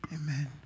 Amen